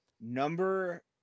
Number